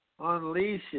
unleashes